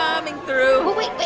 um and through wait.